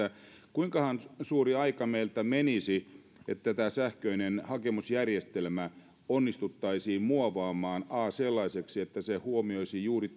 kuinkahan suuri aika meiltä menisi että a tämä sähköinen hakemusjärjestelmä onnistuttaisiin muovaamaan sellaiseksi että se huomioisi juuri